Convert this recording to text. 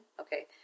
Okay